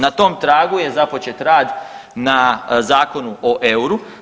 Na tom tragu je započet rad na Zakonu o euru.